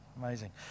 Amazing